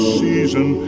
season